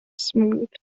smoothed